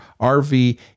RV